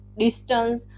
distance